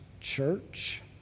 church